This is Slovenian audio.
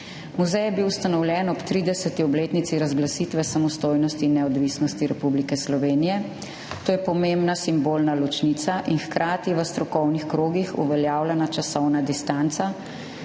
Muzej je bil ustanovljen ob 30. obletnici razglasitve samostojnosti in neodvisnosti Republike Slovenije. To je pomembna simbolna ločnica in hkrati v strokovnih krogih uveljavljena časovna distanca,